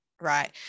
right